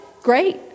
Great